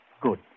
Good